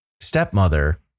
stepmother